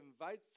invites